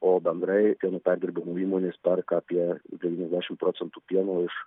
o bendrai pieno perdirbimo įmonės perka apie devyniasdešimt procentų pieno iš